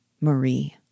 Marie